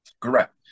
Correct